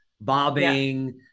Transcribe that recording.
bobbing